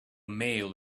male